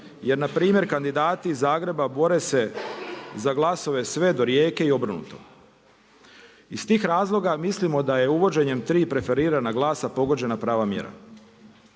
jer na primjer kandidati iz Zagreba bore se za glasove sve do Rijeke i obrnuto. Iz tih razloga mislimo da je uvođenjem tri preferirana glasa pogođena prava mjera.